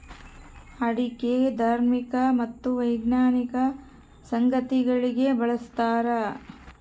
ಅಡಿಕೆ ಧಾರ್ಮಿಕ ಮತ್ತು ವೈಜ್ಞಾನಿಕ ಸಂಗತಿಗಳಿಗೆ ಬಳಸ್ತಾರ